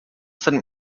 seinem